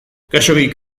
khaxoggik